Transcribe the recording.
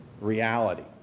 reality